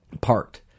parked